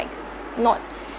not